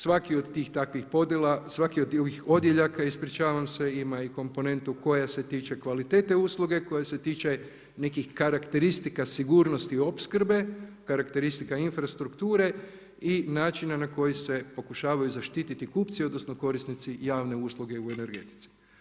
Svaki od tih takvih podjela, svaki od ovih odjeljaka, ispričavam se, ima i komponentu koja se tiče kvalitete usluge, koja se tiče nekih karakteristika sigurnosti opskrbe, karakteristika infrastrukture i načina na koji se pokušavaju zaštititi kupci odnosno korisnici javne usluge u energetici.